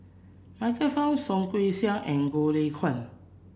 Michael Fam Soh Kay Siang and Goh Lay Kuan